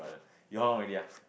you how long already ah